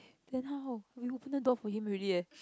then how we open the door for him already eh